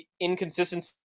inconsistency